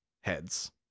Heads